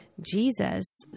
Jesus